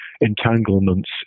entanglements